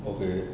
okay